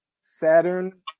Saturn